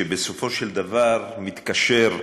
שבסופו של דבר מתקשר,